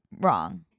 wrong